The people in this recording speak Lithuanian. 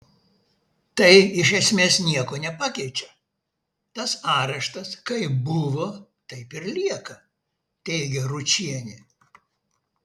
tai iš esmės nieko nepakeičia tas areštas kaip buvo taip ir lieka teigia ručienė